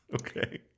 okay